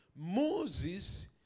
Moses